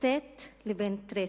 בין state לבין trait.